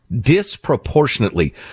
disproportionately